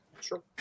Sure